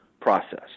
process